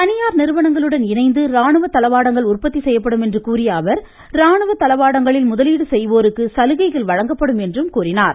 தனியார் நிறுவனங்களுடன் இணைந்து ராணுவ தளவாடங்கள் உற்பத்தி செய்யப்படும் என்று கூறிய அவர் ராணுவ தளவாடங்களில் முதலீடு செய்வோருக்கு சலுகைகள் வழங்கப்படும் என்றும் கூறினார்